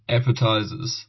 Appetizers